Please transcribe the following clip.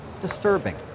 disturbing